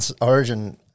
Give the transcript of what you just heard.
origin